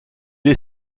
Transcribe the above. est